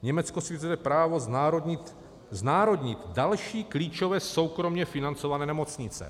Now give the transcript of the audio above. Německo si vyhrazuje právo znárodnit znárodnit další klíčové soukromě financované nemocnice.